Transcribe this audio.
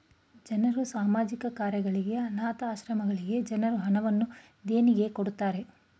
ಜನರು ಸಾಮಾಜಿಕ ಕಾರ್ಯಗಳಿಗೆ, ಅನಾಥ ಆಶ್ರಮಗಳಿಗೆ ಜನರು ಹಣವನ್ನು ದೇಣಿಗೆ ಕೊಡುತ್ತಾರೆ